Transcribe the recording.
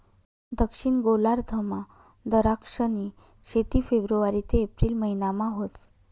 दक्षिण गोलार्धमा दराक्षनी शेती फेब्रुवारी ते एप्रिल महिनामा व्हस